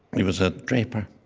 he was a draper,